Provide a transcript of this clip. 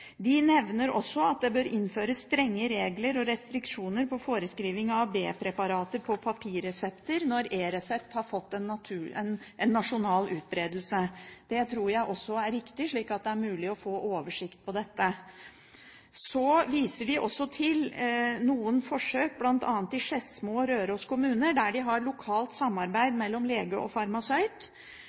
De nevner også at det bør innføres strenge regler og restriksjoner på forskrivning av B-preparater på papirresept når eResept har fått en nasjonal utbredelse. Det tror jeg også er riktig, slik at det er mulig å få oversikt over dette. Så viser de også til noen forsøk, bl.a. i Skedsmo og Røros kommuner, der de har lokalt samarbeid mellom lege og farmasøyt